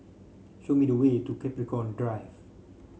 show me the way to Capricorn Drive